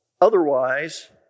Otherwise